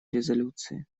резолюции